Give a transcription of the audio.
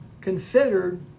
considered